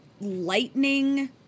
lightning